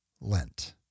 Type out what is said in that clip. Lent